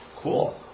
Cool